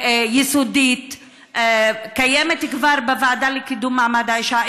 המאוד-יסודית שכבר קיימת בוועדה לקידום מעמד האישה,